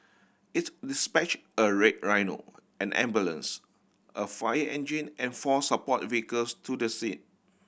its dispatched a Red Rhino an ambulance a fire engine and four support vehicles to the scene